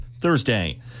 Thursday